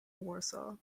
warsaw